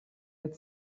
had